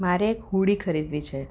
મારે એક હુડી ખરીદવી છે